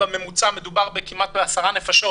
בממוצע מדובר כמעט בעשר נפשות,